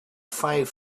five